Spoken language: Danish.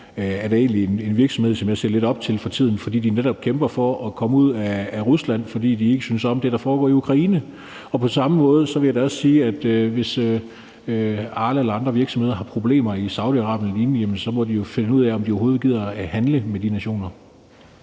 af det, er en virksomhed, som jeg for tiden ser lidt op til, fordi de netop kæmper for at komme ud af Rusland, fordi de ikke synes om det, der foregår i Ukraine. På samme måde vil jeg da også sige, at de i Arla eller andre virksomheder, hvis de har problemer i Saudi-Arabien eller lignende lande, jo så må finde ud af, de overhovedet gider at handle med de nationer.